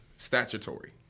statutory